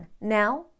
Now